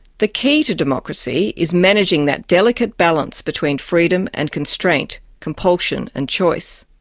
the key to democracy is managing that delicate balance between freedom and constraint, compulsion and choice.